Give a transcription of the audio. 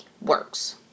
works